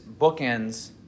bookends